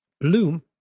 Bloom